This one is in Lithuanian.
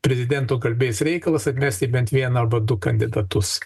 prezidento garbės reikalas atmesti bent vieną arba du kandidatus